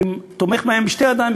אבל אני תומך בהם בשתי ידיים,